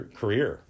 career